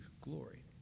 glory